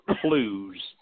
clues